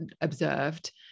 observed